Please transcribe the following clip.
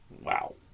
wow